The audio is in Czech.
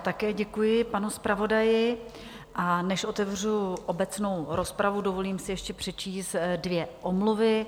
Také děkuji panu zpravodaji, a než otevřu obecnou rozpravu, dovolím si ještě přečíst dvě omluvy.